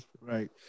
right